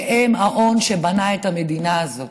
שהם ההון שבנה את המדינה הזאת,